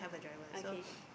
okay